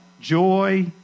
joy